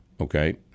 Okay